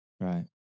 Right